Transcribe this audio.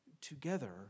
Together